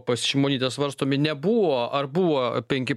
pas šimonytę svarstomi nebuvo ar buvo penki